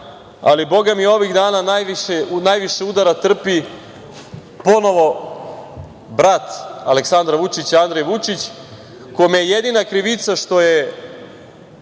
ali bogami ovih dana najviše udara trpi ponovo brat Aleksandra Vučića Andrej Vučić, kome je jedina krivica što je